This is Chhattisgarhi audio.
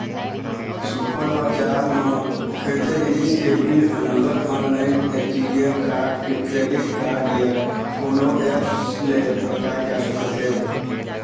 सुपर बजार म खरीदे जिनिस के बिल ह नगद, online, ATM card, credit card या कोनो ऐप्स ले पटाए जा सकत हे